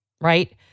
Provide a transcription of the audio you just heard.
right